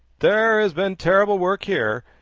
there has been terrible work here.